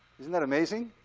isn't that amazing?